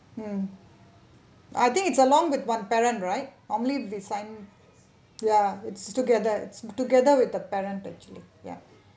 mm I think it's along with one parent right normally they assign ya it's together it's together with the parent actually ya